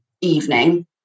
evening